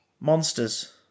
Monsters